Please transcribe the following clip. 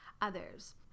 others